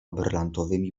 brylantowymi